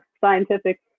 scientific